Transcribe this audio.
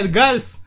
girls